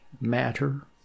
matter